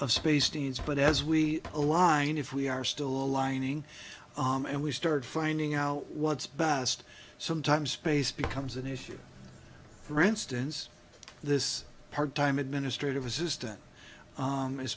of space teens but as we align if we are still aligning and we start finding out what's best sometimes space becomes an issue for instance this part time administrative assistant